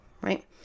right